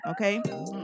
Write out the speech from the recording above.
Okay